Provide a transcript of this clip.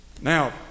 Now